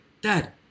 Dad